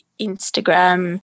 Instagram